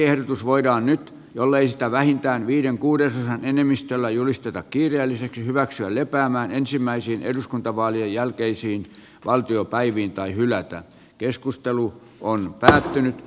lakiehdotus voidaan nyt jollei sitä vähintään viiden kuudesosan enemmistöllä julisteta kiireelliseksi hyväksyä lepäämään ensimmäisiin eduskuntavaalien jälkeisiin valtiopäiviin tai hylätä keskustelu on päättynyt